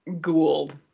gould